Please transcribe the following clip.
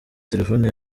telefoni